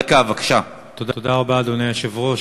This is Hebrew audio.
תודה, אדוני השר.